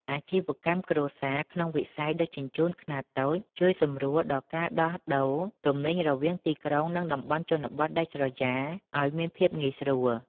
អាជីវកម្មគ្រួសារក្នុងវិស័យដឹកជញ្ជូនខ្នាតតូច ជួយសម្រួលដល់ការដោះដូរទំនិញរវាងទីក្រុង និងតំបន់ជនបទដាច់ស្រយាលឱ្យមានភាពងាយស្រួល។